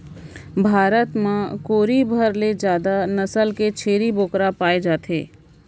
भारत म कोरी भर ले जादा नसल के छेरी बोकरा पाए जाथे